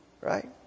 Right